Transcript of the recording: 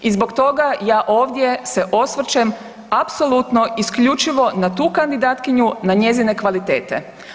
I zbog toga ja ovdje se osvrćem apsolutno, isključivo na tu kandidatkinju, na njezine kvalitete.